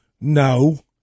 No